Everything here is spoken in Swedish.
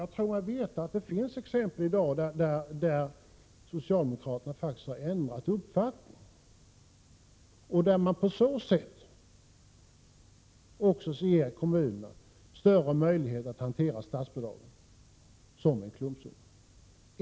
Jag tror mig veta att det finns exempel då socialdemokraterna faktiskt har ändrat uppfattning och därigenom gett kommunerna större möjlighet att hantera statsbidragen som en klumpsumma.